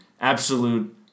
absolute